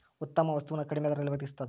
ಉತ್ತಮ ವಸ್ತು ನ ಕಡಿಮೆ ದರದಲ್ಲಿ ಒಡಗಿಸ್ತಾದ